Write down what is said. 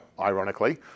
ironically